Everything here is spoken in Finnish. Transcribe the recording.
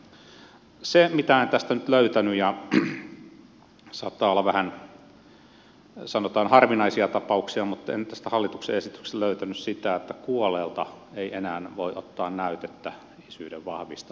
se mitä en tästä hallituksen esityksestä nyt löytänyt ja tämä saattaa olla vähän sanotaan harvinainen tapaus on se että kuolleelta ei enää voi ottaa näytettä isyyden vahvistamiseksi